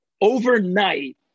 overnight